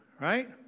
right